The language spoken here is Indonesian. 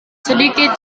sedikit